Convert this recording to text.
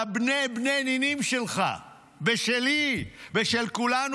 לבני-בני נינים שלך ושלי ושל כולנו,